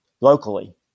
locally